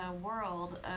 world